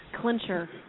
clincher